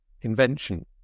invention